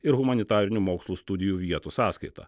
ir humanitarinių mokslų studijų vietų sąskaita